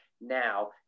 now